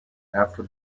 after